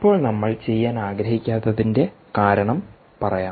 ഇപ്പോൾ നമ്മൾ ചെയ്യാൻ ആഗ്രഹിക്കാത്തതിന്റെ കാരണം പറയാം